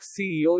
CEO